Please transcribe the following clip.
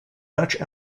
dutch